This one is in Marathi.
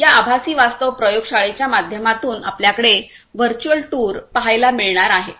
या आभासी वास्तव प्रयोगशाळेच्या माध्यमातून आपल्याकडे व्हर्च्युअल टूर पाहायला मिळणार आहे